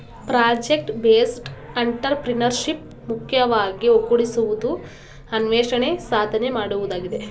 project based entrepreneurship ಮುಖ್ಯವಾಗಿ ಒಗ್ಗೂಡಿಸುವುದು, ಅನ್ವೇಷಣೆ, ಸಾಧನೆ ಮಾಡುವುದಾಗಿದೆ